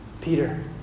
Peter